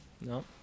No